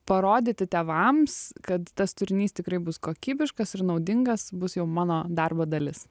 parodyti tėvams kad tas turinys tikrai bus kokybiškas ir naudingas bus jau mano darbo dalis